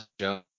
Joe